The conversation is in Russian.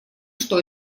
что